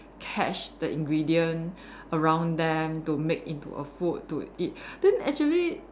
catch the ingredient around them to make into a food to eat then actually